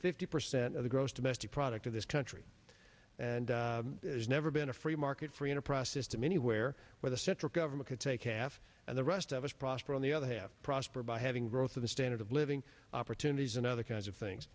fifty percent of the gross domestic product of this country and is never been a free market free enterprise system anywhere where the central government could take half and the rest of us prosper on the other half prosper by having growth of the standard of living opportunities and other kinds of things